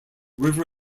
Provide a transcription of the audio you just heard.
river